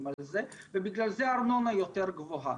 על זה ובגלל זה הארנונה יותר גבוהה,